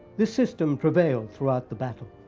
this system prevailed throughout the battle.